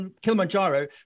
Kilimanjaro